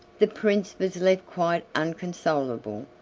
the prince was left quite unconsolable,